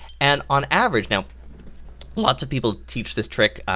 and on average, now lots of people teach this trick,